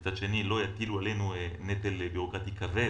ומצד שני לא יטילו עלינו נטל בירוקרטי כבד.